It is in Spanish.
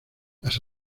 las